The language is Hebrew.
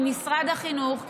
עם משרד החינוך,